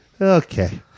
Okay